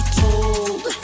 told